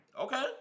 Okay